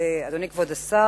אדוני השר,